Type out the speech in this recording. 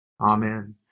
Amen